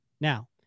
Now